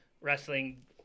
wrestling